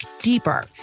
deeper